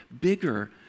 bigger